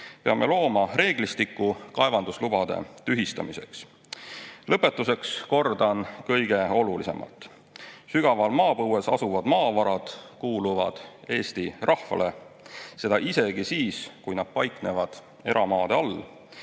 Peame looma reeglistiku kaevanduslubade tühistamiseks. Lõpetuseks kordan kõige olulisemat. Sügaval maapõues asuvad maavarad kuuluvad Eesti rahvale, isegi siis, kui nad paiknevad eramaa all.